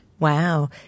Wow